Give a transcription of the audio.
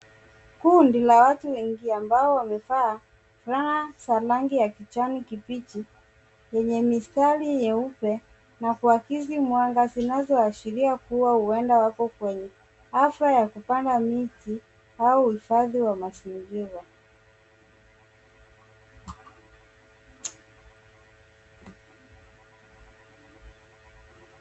Kundi la watu wengi ambao wamevaa fulana za rangi ya kijani kibichi, yenye mistari nyeupe na kuakisi mwanga, zinazoashiria kuwa huenda wako kwenye hafla ya kupanda miti au uhifadhi wa mazingira.